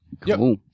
Cool